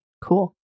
cool